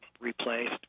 replaced